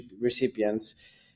recipients